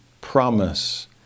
promise